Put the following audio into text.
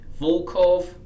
Volkov